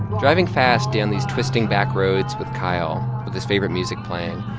driving fast down these twisting back roads with kyle with his favorite music playing,